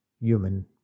human